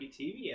TV